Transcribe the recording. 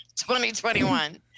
2021